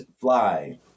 Fly